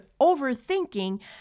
overthinking